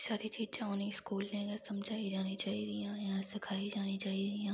एह् सारी चीजां उनेंई स्कूलैं बिच्च सखाई जानी चाही दियां